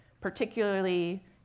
particularly